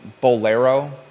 Bolero